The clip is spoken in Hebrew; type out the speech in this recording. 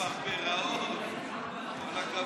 פרפראות, פרפראות, כל הכבוד.